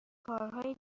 کارهای